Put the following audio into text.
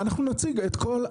ואנחנו נציג את הכול.